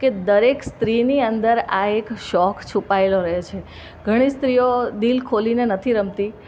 કે દરેક સ્ત્રીની અંદર આ એક શોખ છુપાયેલો રહે છે ઘણી સ્ત્રીઓ દિલ ખોલીને નથી રમતી